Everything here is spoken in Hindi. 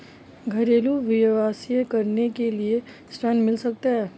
घरेलू व्यवसाय करने के लिए ऋण मिल सकता है?